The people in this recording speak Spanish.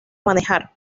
manejar